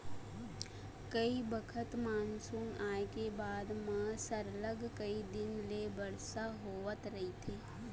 कइ बखत मानसून आए के बाद म सरलग कइ दिन ले बरसा होवत रहिथे